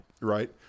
Right